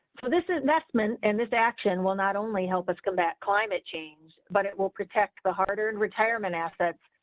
so this investment and this action will not only help us combat climate change, but it will protect the harder and retirement assets.